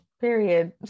Period